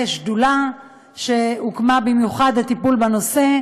בשדולה שהוקמה במיוחד לטיפול בנושא.